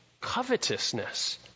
covetousness